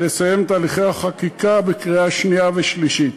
לסיים את תהליכי החקיקה בקריאה שנייה ושלישית.